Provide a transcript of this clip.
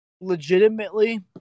legitimately